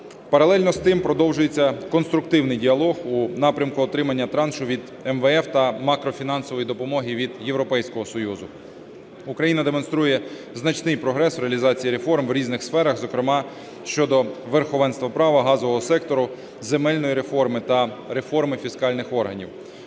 Паралельно з тим продовжується конструктивний діалог у напрямку отримання траншу від МВФ та макрофінансової допомоги від Європейського Союзу. Україна демонструє значний прогрес у реалізації реформ в різних сферах, зокрема щодо верховенства права, газового сектору, земельної реформи та реформи фіскальних органів.